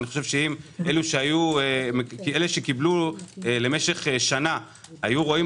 אני מאמין שאם אלו שקיבלו למשך שנה היו רואים